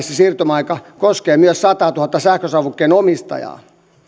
siirtymäaika koskee myös sataatuhatta sähkösavukkeen omistajaa